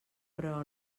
però